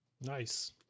nice